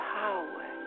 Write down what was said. power